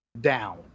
down